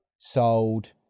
sold